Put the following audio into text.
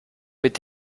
mit